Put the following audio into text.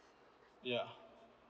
ya